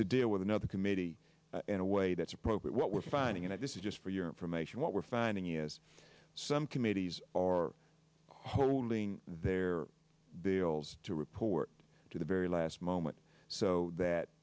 to deal with another committee in a way that's appropriate what we're finding in this is just for your information what we're finding is some committees are holding their bills to report to the very last moment so that